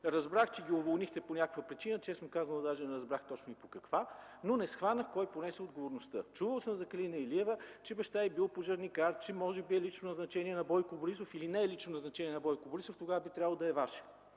Разбрах, че ги уволнихте по някаква причина. Честно казано, даже не разбрах точно по каква, но не схванах кой понесе отговорността. Чувал съм за Калина Илиева, че баща й бил пожарникар, че може би е лично назначение на Бойко Борисов, или не е лично назначение на Бойко Борисов. Тогава би трябвало да е Ваше.